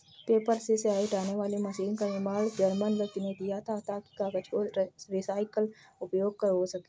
paper से स्याही हटाने वाली मशीन का निर्माण जर्मन व्यक्ति ने किया था ताकि कागज को रिसाईकल कर उपयोग हो सकें